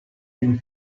film